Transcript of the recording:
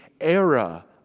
era